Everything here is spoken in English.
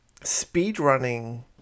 speedrunning